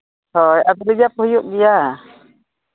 ᱦᱳᱭ ᱟᱫᱚ ᱨᱤᱡᱟᱨᱵᱷ ᱦᱩᱭᱩᱜ ᱜᱮᱭᱟ